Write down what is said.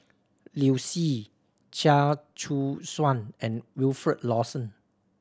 Liu Si Chia Choo Suan and Wilfed Lawson